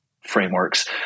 frameworks